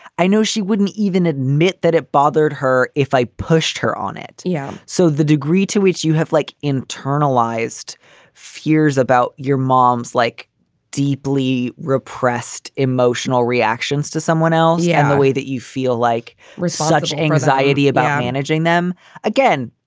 i know she wouldn't even admit that it bothered her. if i pushed her on it. yeah. so the degree to which you have like internalized fears about your mom's like deeply repressed emotional reactions to someone else and yeah the way that you feel like such anxiety about managing them again.